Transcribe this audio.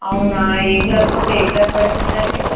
అవునా ఏ క్లాస్ నుంచి ఏ క్లాస్ వరకు ఉందండి